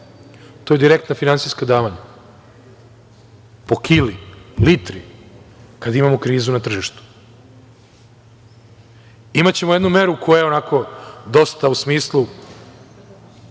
To su direktna finansijska davanja po kili, litri kada imamo krizu na tržištu. Imaćemo jednu meru koja je pozitivna u smislu